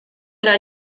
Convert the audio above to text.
era